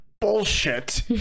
bullshit